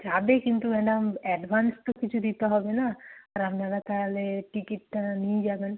যাবে কিন্তু madam advance তো কিছু দিতে হবে না আর আপনারা তাহলে টিকিটটা নিয়ে যাবেন